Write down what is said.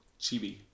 Chibi